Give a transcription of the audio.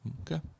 Okay